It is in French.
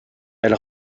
elle